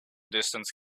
distance